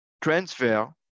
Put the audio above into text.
transfer